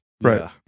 Right